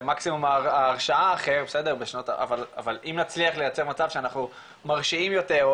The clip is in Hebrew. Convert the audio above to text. שמקסימום ההרשעה אבל אם נצליח לייצר מצב מרשיעים יותר או